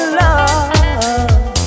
love